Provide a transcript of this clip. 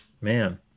Man